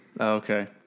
okay